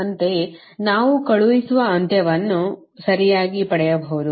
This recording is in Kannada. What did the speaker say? ಅಂತೆಯೇ ನಾವು ಕಳುಹಿಸುವ ಅಂತ್ಯವನ್ನು ಒಂದನ್ನು ಸರಿಯಾಗಿ ಪಡೆಯಬಹುದು